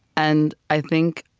and i think,